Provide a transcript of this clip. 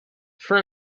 for